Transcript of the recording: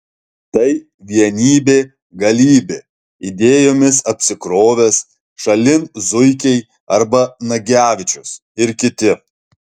tai vienybė galybė idėjomis apsikrovęs šalin zuikiai arba nagevičius ir kiti